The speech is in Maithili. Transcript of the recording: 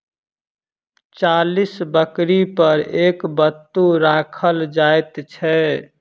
चालीस बकरी पर एक बत्तू राखल जाइत छै